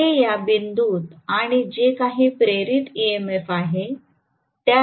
ते या बिंदूत आणि जे काही प्रेरित ईएमएफ आहे त्या दरम्यान लागू केले जात आहे